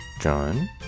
John